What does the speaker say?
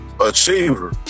achiever